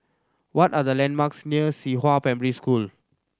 what are the landmarks near Qihua Primary School